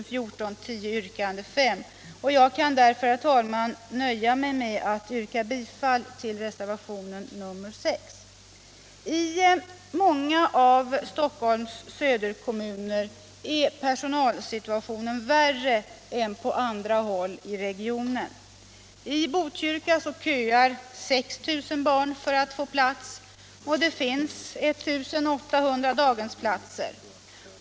I många av Stockholms söderkommuner är personalsituationen värre än p. andra håll i regionen. I Botkyrka köar 6 000 barn för att få plats. Det .inns 1 800 daghemsplatser.